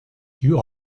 you